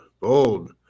bold